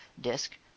disk